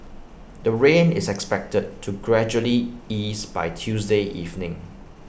the rain is expected to gradually ease by Tuesday evening